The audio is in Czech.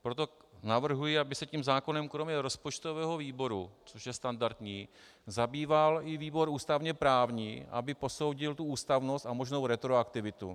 Proto navrhuji, aby se tím zákonem kromě rozpočtového výboru, což je standardní, zabýval i výbor ústavněprávní, aby posoudil tu ústavnost a možnou retroaktivitu.